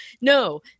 no